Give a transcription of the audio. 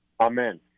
Amen